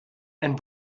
and